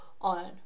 on